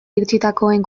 iritsitakoen